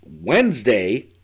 Wednesday